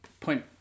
point